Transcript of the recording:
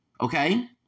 okay